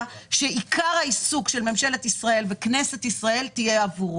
שעיקר העיסוק של ממשלת ישראל וכנסת ישראל תהיה עבורו.